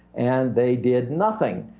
and they did nothing.